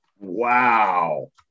Wow